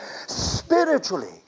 Spiritually